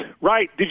right